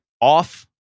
off